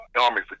army